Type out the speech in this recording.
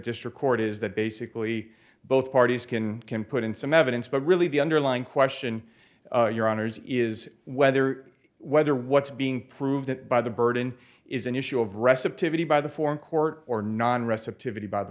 district court is that basically both parties can can put in some evidence but really the underlying question your honour's is whether whether what's being proven by the burden is an issue of recipe by the foreign court or non recitative it by the